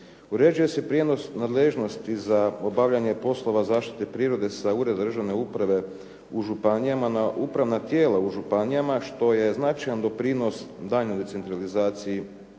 Uređuje se prijenos nadležnosti za obavljanje poslova zaštite prirode sa Uredom državne uprave u županijama na upravna tijela u županijama što je značajan doprinos daljnjoj decentralizaciji